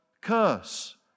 curse